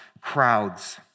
crowds